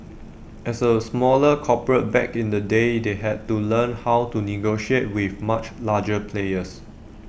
as A smaller corporate back in the day they had to learn how to negotiate with much larger players